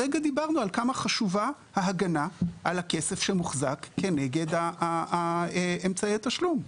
הרגע דיברנו עד כמה חשובה ההגנה על הכסף שמוחזק כנגד אמצעי התשלום.